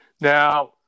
Now